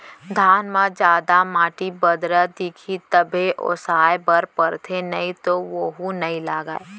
धान म जादा माटी, बदरा दिखही तभे ओसाए बर परथे नइ तो वोहू नइ लागय